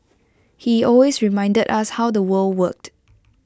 he always reminded us how the world worked